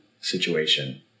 situation